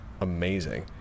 amazing